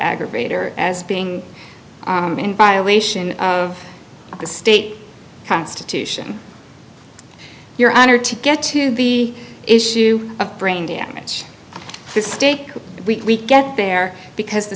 aggravator as being in violation of the state constitution here honor to get to be issue of brain damage this stake we get there because the